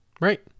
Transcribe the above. Right